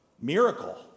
miracle